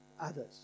others